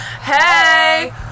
Hey